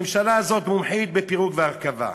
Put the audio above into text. הממשלה הזאת מומחית בפירוק והרכבה.